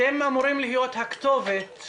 אתם אמורים להיות הכתובת.